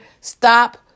stop